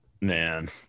Man